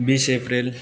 बिस एप्रिल